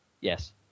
yes